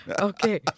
Okay